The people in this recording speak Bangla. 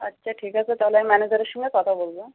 আচ্ছা ঠিক আছে তাহলে আমি ম্যানেজারের সঙ্গে কথা বলব হ্যাঁ